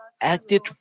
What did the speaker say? acted